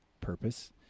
purpose